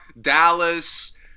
Dallas